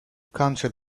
council